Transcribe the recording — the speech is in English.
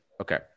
Okay